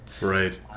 Right